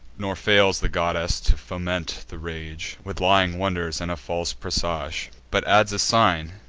nor fails the goddess to foment the rage with lying wonders, and a false presage but adds a sign,